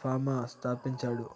Fama స్థాపించాడు